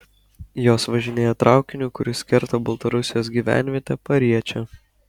jos važinėja traukiniu kuris kerta baltarusijos gyvenvietę pariečę